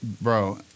Bro